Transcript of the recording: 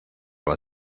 las